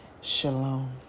Shalom